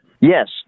Yes